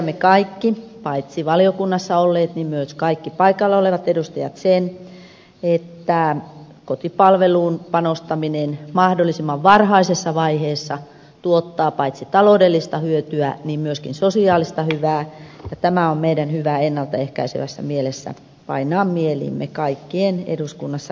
tiedämme kaikki paitsi valiokunnassa olleet niin myös kaikki paikalla olevat edustajat sen että kotipalveluun panostaminen mahdollisimman varhaisessa vaiheessa tuottaa paitsi taloudellista hyötyä niin myöskin sosiaalista hyvää ja tämä ennaltaehkäisevässä mielessä on meidän kaikkien eduskunnassa istuvien hyvä painaa mieliimme